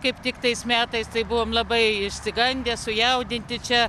kaip tik tais metais tai buvom labai išsigandę sujaudinti čia